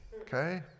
Okay